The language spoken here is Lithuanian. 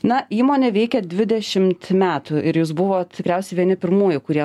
na įmonė veikia dvidešimt metų ir jūs buvot tikriausiai vieni pirmųjų kurie